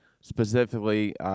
specifically